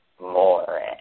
more